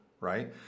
right